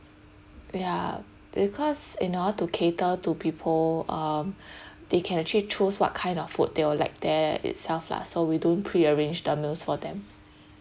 ya because you know uh to cater to people um they can actually choose what kind of food they will like there itself lah so we don't prearranged the meals for them